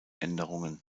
änderungen